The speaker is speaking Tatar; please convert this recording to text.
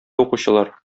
укучылар